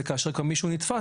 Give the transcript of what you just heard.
זה כאשר כבר מישהו נתפס,